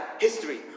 history